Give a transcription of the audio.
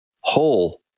whole